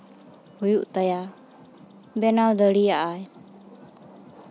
ᱦᱩᱭᱩᱜ ᱛᱟᱭᱟ ᱵᱮᱱᱟᱣ ᱫᱟᱲᱮᱭᱟᱜ ᱟᱭ